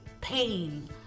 pain